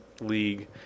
league